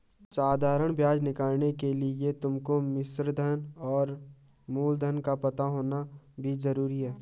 साधारण ब्याज निकालने के लिए तुमको मिश्रधन और मूलधन का पता होना भी जरूरी है